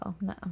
no